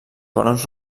barons